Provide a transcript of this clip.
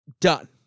done